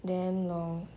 damm long